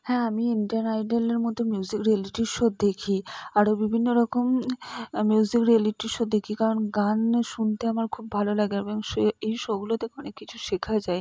হ্যাঁ আমি ইন্ডিয়ান আইডলের মতো মিউজিক রিয়েলিটি শো দেখি আরো বিভিন্ন রকম মিউজিক রিয়েলিটি শো দেখি কারণ গান শুনতে আমার খুব ভালো লাগে এবং সে এই শোগুলোতে অনেক কিছু শেখা যায়